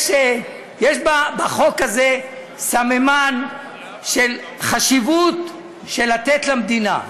יש בחוק הזה סממן של חשיבות של לתת למדינה,